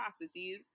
capacities